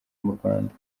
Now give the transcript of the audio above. murwanda